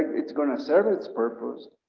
it's gonna serve its purpose,